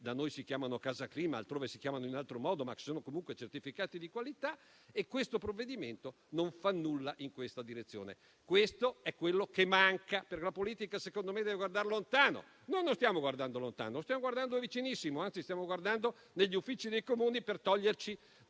da noi si chiamano casa clima e altrove si chiamano in altro modo, ma sono comunque certificati di qualità. Questo provvedimento non fa nulla in questa direzione. Questo è quello che manca. La politica - secondo me - deve guardare lontano. Noi non stiamo guardando lontano: stiamo guardando vicinissimo, anzi, stiamo guardando negli uffici dei Comuni per toglierci